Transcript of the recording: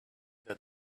that